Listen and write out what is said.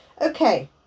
Okay